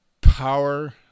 power